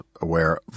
aware